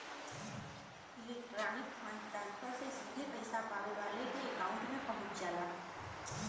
electronic fund transfer से सीधे पइसा पावे वाले के अकांउट में पहुंच जाला